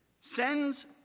sends